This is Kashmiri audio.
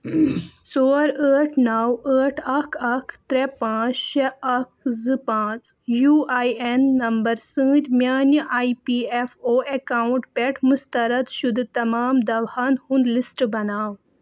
ژور ٲٹھ نَو ٲٹھ اَکھ اَکھ ترٛےٚ پانٛژھ شےٚ اَکھ زٕ پانٛژھ یو آی این نمبر سۭتۍ میٛانہِ E P F O account پٮ۪ٹھ مُسترد شُدٕ تمام دَوہَن ہُنٛد لِسٹ بناو